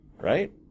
right